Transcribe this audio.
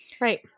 right